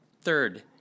Third